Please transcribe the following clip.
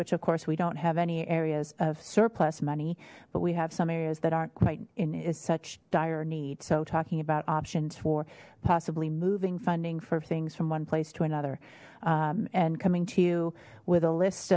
which of course we don't have any areas of surplus money but we have some areas that aren't quite in is such dire need so talking about options for possibly moving funding for things from one place to another and coming to you with a list